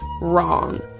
wrong